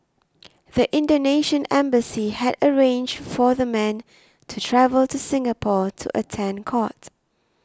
the Indonesian embassy had arranged for the men to travel to Singapore to attend court